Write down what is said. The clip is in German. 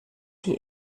die